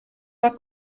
war